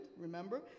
remember